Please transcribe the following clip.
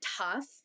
tough